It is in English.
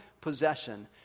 possession